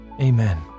amen